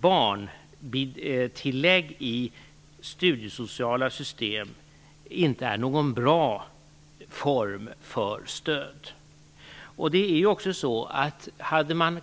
Barntillägg i studiesociala system är inte någon bra form för stöd. Om man